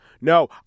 No